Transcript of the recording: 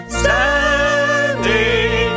standing